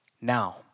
Now